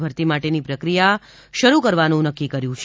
ભરતી માટે ની પ્રક્રિયા શરૂ કરવાનું નક્કી કર્યું છે